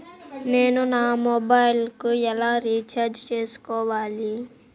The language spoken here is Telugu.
నేను నా మొబైల్కు ఎలా రీఛార్జ్ చేసుకోవాలి?